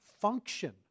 function